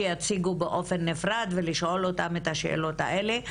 שיציגו באופן נפרד ולשאול אותם את השאלות האלה.